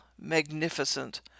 magnificent